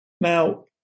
Now